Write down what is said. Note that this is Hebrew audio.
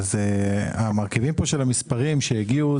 המרכיבים של המספרים שהגיעו,